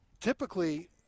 typically